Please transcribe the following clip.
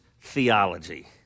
theology